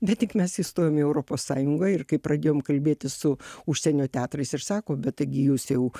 bet tik mes įstojom į europos sąjungą ir kai pradėjom kalbėtis su užsienio teatrais ir sako bet taigi jūs jau